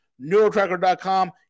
Neurotracker.com